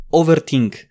overthink